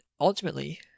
ultimately